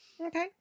Okay